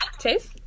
chase